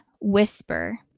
whisper